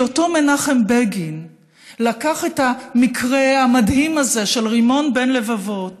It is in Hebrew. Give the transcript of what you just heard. כי אותו מנחם בגין לקח את המקרה המדהים הזה של רימון בין לבבות,